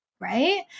right